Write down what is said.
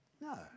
No